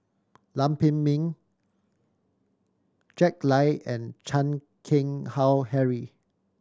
Lam Pin Min Jack Lai and Chan Keng Howe Harry